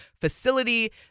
Facility